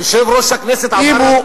אם הוא,